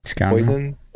poison